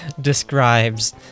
describes